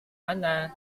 mana